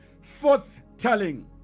forth-telling